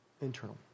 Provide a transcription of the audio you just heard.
internal